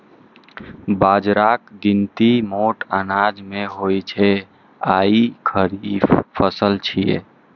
बाजराक गिनती मोट अनाज मे होइ छै आ ई खरीफ फसल छियै